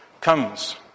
comes